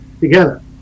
together